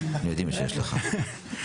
יודעים שיש לך.